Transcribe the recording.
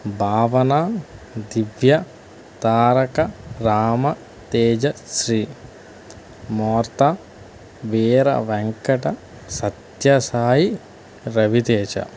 భావన దివ్య తారక రామ తేజ శ్రీ మూర్త వీర వెంకట సత్య సాయి రవితేజ